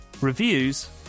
Reviews